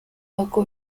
paco